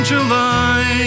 July